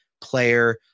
player